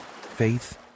faith